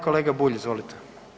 Kolega Bulj, izvolite.